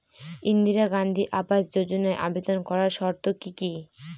ইন্দিরা গান্ধী আবাস যোজনায় আবেদন করার শর্ত কি কি?